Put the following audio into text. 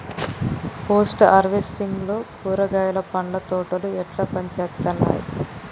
Post harvesting లో కూరగాయలు పండ్ల తోటలు ఎట్లా పనిచేత్తనయ్?